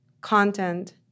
content